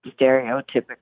stereotypical